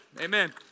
Amen